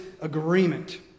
agreement